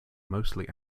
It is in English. mostly